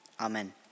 Amen